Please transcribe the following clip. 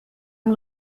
amb